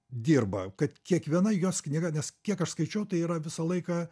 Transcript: dirba kad kiekviena jos knyga nes kiek aš skaičiau tai yra visą laiką